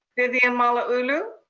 vivian malauulu.